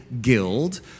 guild